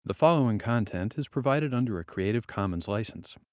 the following content is provided under a creative commons license.